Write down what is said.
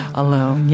alone